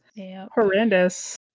horrendous